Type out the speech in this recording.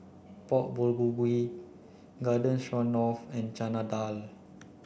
Pork Bulgogi Garden Stroganoff and Chana Dal